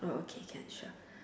oh okay can sure